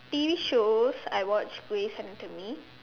T_V shows I watch ways Anthony